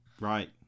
Right